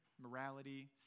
morality